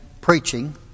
preaching